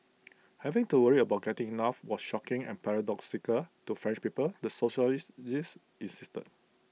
having to worry about getting enough was shocking and paradoxical to French people the sociologist this insisted